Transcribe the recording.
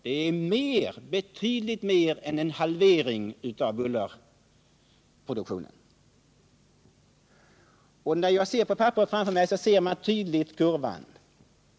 Detta är betydligt mer än en halvering av bullerproduktionen — det framgår tydligt av kurvan på det papper som jag har framför mig.